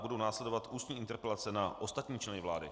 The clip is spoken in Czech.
Budou následovat ústní interpelace na ostatní členy vlády.